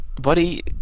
Buddy